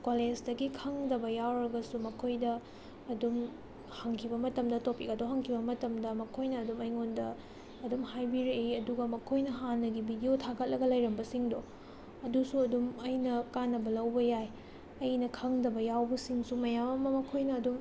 ꯀꯣꯂꯦꯖꯇꯒꯤ ꯈꯪꯗꯕ ꯌꯥꯎꯔꯒꯁꯨ ꯃꯈꯣꯏꯗ ꯑꯗꯨꯝ ꯍꯪꯈꯤꯕ ꯃꯇꯝꯗ ꯇꯣꯄꯤꯛ ꯑꯗꯣ ꯍꯪꯈꯤꯕ ꯃꯇꯝꯗ ꯃꯈꯣꯏꯅ ꯑꯗꯨꯝ ꯑꯩꯉꯣꯟꯗ ꯑꯗꯨꯝ ꯍꯥꯏꯕꯤꯔꯛꯏ ꯑꯗꯨꯒ ꯃꯈꯣꯏꯅ ꯍꯥꯟꯅꯒꯤ ꯕꯤꯗꯤꯑꯣ ꯊꯥꯒꯠꯂꯒ ꯂꯩꯔꯝꯕꯁꯤꯡꯗꯣ ꯑꯗꯨꯁꯨ ꯑꯗꯨꯝ ꯑꯩꯅ ꯀꯥꯟꯅꯕ ꯂꯧꯕ ꯌꯥꯏ ꯑꯩꯅ ꯈꯪꯗꯕ ꯌꯥꯎꯕꯁꯤꯡꯁꯨ ꯃꯌꯥꯝ ꯑꯃ ꯃꯈꯣꯏꯅ ꯑꯗꯨꯝ